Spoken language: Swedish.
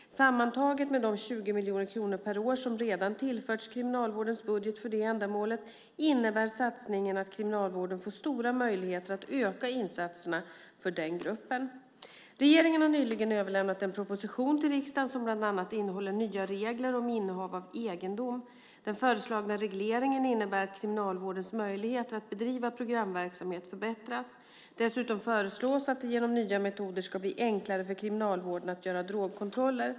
Sammantaget med de 20 miljoner kronor per år som redan tillförts kriminalvårdens budget för det ändamålet innebär satsningen att kriminalvården får stora möjligheter att öka insatserna för den gruppen. Regeringen har nyligen överlämnat en proposition till riksdagen som bland annat innehåller nya regler om innehav av egendom. Den föreslagna regleringen innebär att kriminalvårdens möjligheter att bedriva programverksamhet förbättras. Dessutom föreslås att det genom nya metoder ska bli enklare för kriminalvården att göra drogkontroller.